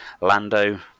Lando